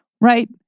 Right